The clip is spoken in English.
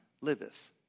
liveth